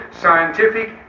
scientific